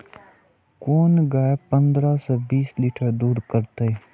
कोन गाय पंद्रह से बीस लीटर दूध करते?